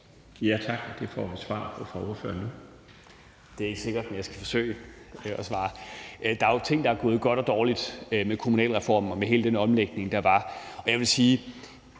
nu. Kl. 20:00 Peter Kofod (DF): Det er ikke sikkert, men jeg skal forsøge at svare. Der er jo ting, der er gået godt og dårligt med kommunalreformen og med hele den omlægning, der var. Jeg vil sige,